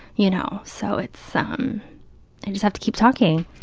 you know. so it's, um i just have to keep talking.